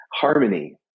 harmony